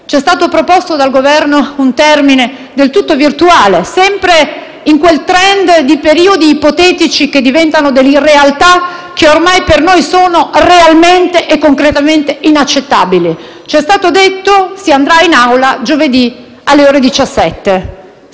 Ci è stato proposto dal Governo un termine del tutto virtuale, sempre in quel *trend* di periodi ipotetici che diventano dell'irrealtà e che ormai, per noi, sono realmente e concretamente inaccettabili. Ci è stato detto: si andrà in Aula giovedì alle ore 17,